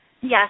Yes